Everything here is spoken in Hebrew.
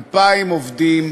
2,000 עובדים,